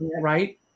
right